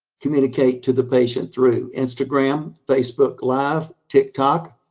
communicate to the patient through? instagram, facebook live, tiktok.